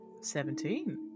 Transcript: Seventeen